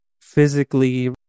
physically